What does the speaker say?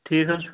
ٹھیٖک حظ چھُ